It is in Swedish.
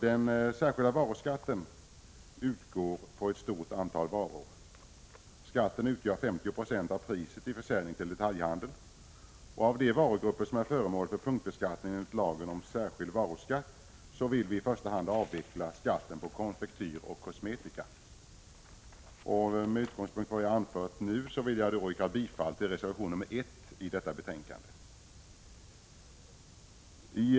Den särskilda varuskatten utgår på ett stort antal varor. Skatten utgör 50 96 av priset vid försäljning till detaljhandel. Av de varugrupper som är föremål för punktbeskattning enligt lagen om särskild varuskatt vill vi i första hand avveckla skatten på konfektyr och kosmetika. Med utgångspunkt i vad jag nu har anfört vill jag yrka bifall till reservation nr 1 i skatteutskottets betänkande 45.